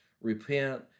repent